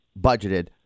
budgeted